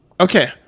Okay